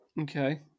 Okay